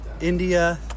India